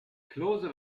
klose